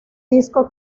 disco